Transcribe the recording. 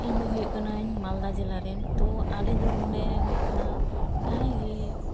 E Malda ᱡᱮᱞᱟ ᱨᱮᱱ ᱛᱚ ᱟᱞᱮᱫᱚ ᱱᱚᱰᱮ ᱦᱩᱭᱩᱜ ᱠᱟᱱᱟ ᱡᱟᱦᱟᱭ ᱜᱮ